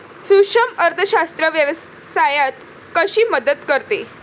सूक्ष्म अर्थशास्त्र व्यवसायात कशी मदत करते?